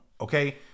okay